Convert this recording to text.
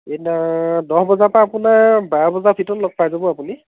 এইদিনা দহ বজাৰপৰা আপোনাৰ বাৰ বজাৰ ভিতৰত লগ পাই যাব আপুনি